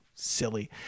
silly